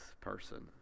person